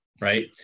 right